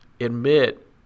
admit